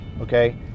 okay